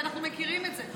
כי אנחנו מכירים את זה,